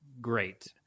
great